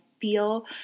feel